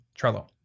Trello